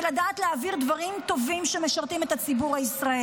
ולדעת להעביר דברים טובים שמשרתים את הציבור הישראלי.